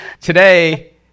Today